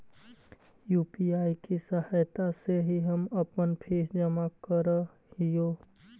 UPI की सहायता से ही हम अपन फीस जमा करअ हियो